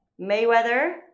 Mayweather